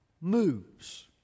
moves